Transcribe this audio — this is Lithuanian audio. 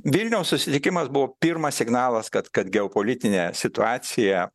vilniaus susitikimas buvo pirmas signalas kad kad geopolitinė situacija